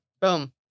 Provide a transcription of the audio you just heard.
Boom